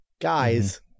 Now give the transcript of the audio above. Guys